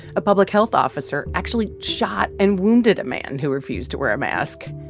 a public health officer actually shot and wounded a man who refused to wear a mask.